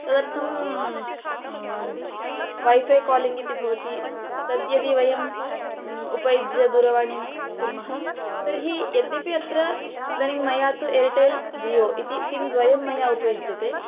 तदर्थं wifi calling इति भवति तद्यदि वयम् उपयुज्य दूरवाणीं कुर्मः तर्हि यद्यपि अत्र इदानिं मया तु एर्टेल् जियो इति सिं द्वयं मया उपयुज्यते